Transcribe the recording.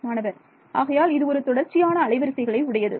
மாணவர் ஆகையால் இது ஒரு தொடர்ச்சியான அலை வரிசைகளை உடையது